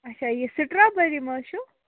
اچھا یہِ سٹرابٔری ما حظ چھُو